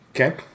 Okay